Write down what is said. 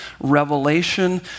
revelation